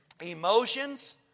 Emotions